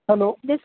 hello